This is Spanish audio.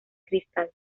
cristal